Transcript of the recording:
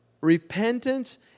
Repentance